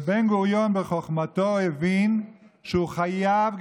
ובן-גוריון בחוכמתו הבין שהוא חייב,